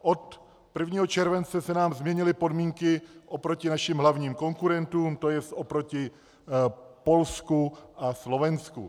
Od 1. července se nám změnily podmínky oproti našim hlavním konkurentům, to je proti Polsku a Slovensku.